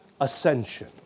ascension